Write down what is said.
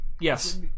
Yes